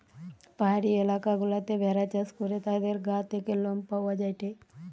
পাহাড়ি এলাকা গুলাতে ভেড়া চাষ করে তাদের গা থেকে লোম পাওয়া যায়টে